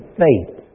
faith